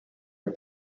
are